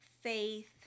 faith